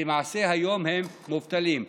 למעשה היום הם מובטלים.